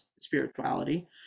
spirituality